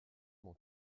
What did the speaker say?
mon